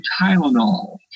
Tylenol